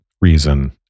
reason